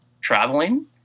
traveling